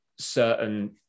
certain